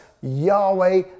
Yahweh